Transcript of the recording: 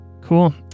Cool